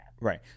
right